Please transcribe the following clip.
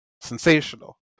sensational